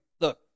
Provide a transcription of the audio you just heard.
look